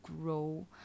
grow